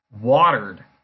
watered